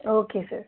okay sir